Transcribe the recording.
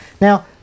Now